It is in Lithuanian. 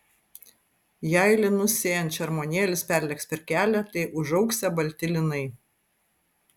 jei linus sėjant šermuonėlis perlėks per kelią tai užaugsią balti linai